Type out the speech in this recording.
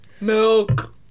milk